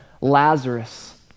Lazarus